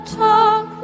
talk